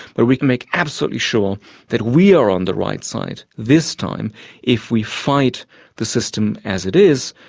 but we can make absolutely sure that we are on the right side this time if we fight the system as it is.